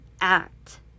act